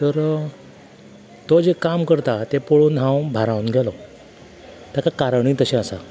तर तो जें काम करता तें पळोवन हांव भारावन गेलों ताका कारणय तशें आसा